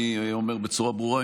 אני אומר בצורה ברורה,